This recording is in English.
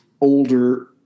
older